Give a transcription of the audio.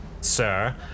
Sir